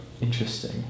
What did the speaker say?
Interesting